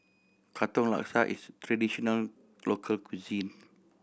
Katong Laksa is a traditional local cuisine